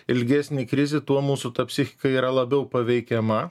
ilgesnė krizė tuo mūsų psichika yra labiau paveikiama